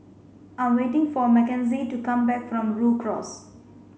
I'm waiting for Makenzie to come back from Rhu Cross